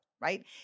right